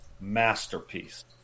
masterpiece